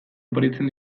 oparitzen